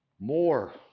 more